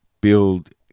build